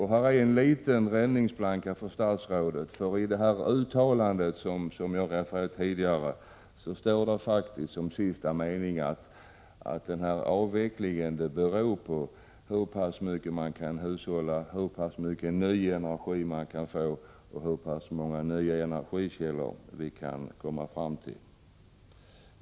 Här är en liten räddningsplanka för statsrådet, för i det uttalande som jag refererade tidigare, står det faktiskt som sista mening att den avvecklingen beror på hur pass mycket man kan hushålla, hur pass mycket ny energi man kan få och hur pass många nya energikällor vi kan komma fram till.